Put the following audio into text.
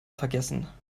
vergessen